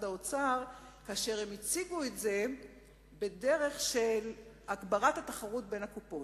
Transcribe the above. האוצר הציג את זה בדרך של הגברת התחרות בין הקופות.